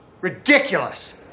Ridiculous